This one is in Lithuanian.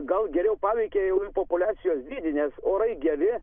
gal geriau paveikė jau jų populiacijos dydį nes orai geri